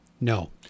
No